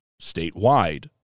statewide